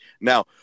now